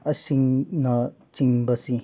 ꯑꯁꯤꯅꯆꯤꯡꯕꯁꯤꯡ